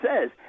says